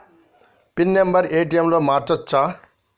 Pin number ATM లో మార్చచ్చా?